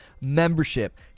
membership